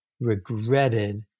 regretted